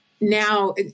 now